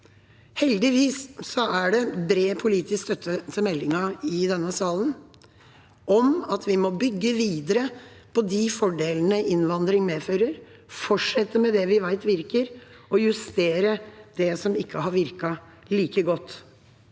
Heldigvis er det bred politisk støtte til meldinga i denne salen. Vi må bygge videre på de fordelene innvandring medfører, fortsette med det vi vet virker, og justere det som ikke har virket like godt.